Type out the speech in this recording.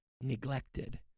neglected